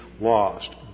lost